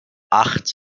acht